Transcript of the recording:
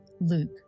Luke